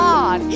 God